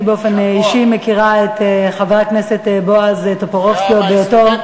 אני באופן אישי מכירה את חבר הכנסת בועז טופורובסקי עוד בהיותו,